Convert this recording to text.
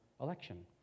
election